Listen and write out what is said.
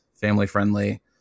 family-friendly